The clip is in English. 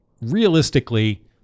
Realistically